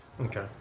Okay